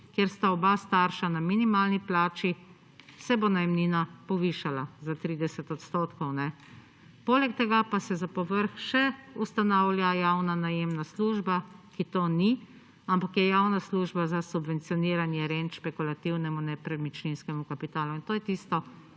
kjer sta oba starša na minimalni plači se bo najemnina povišala za 30 odstotkov. Poleg tega pa se za povrh še ustavlja javna najemna služba, ki to ni, ampak je javna služba za subvencioniranje špekulativnemu nepremičninskemu kapitalu in to je tisto,